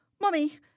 Mummy